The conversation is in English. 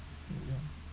ya